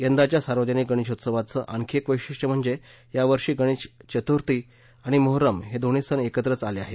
यंदाच्या सार्वजनिक गणेशोत्सवाचे आणखी एक वैशिष्ट्य म्हणजे यावर्षी गणेश चतुर्थी आणि मोहरम हे दोन्ही सण एकत्रच आले आहेत